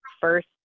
first